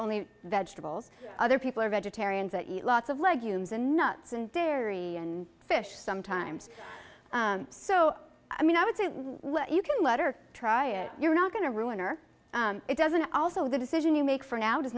only vegetables other people are vegetarians that eat lots of legumes and nuts and dairy and fish sometimes so i mean i would say what you can let her try it you're not going to ruin or it doesn't also the decision you make for now does